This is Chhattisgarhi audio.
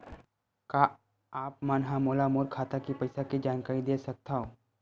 का आप मन ह मोला मोर खाता के पईसा के जानकारी दे सकथव?